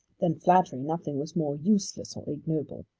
than flattery nothing was more useless or ignoble.